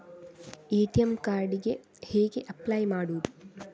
ATM card ಗೆ ಹೇಗೆ apply ಮಾಡುವುದು?